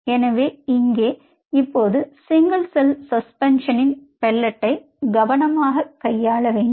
எனவே இங்கே நீங்கள் இப்போது சிங்கிள் செல் சஸ்பென்ஷனின் பெல்லேட்டை கவனமாக கையாள வேண்டும்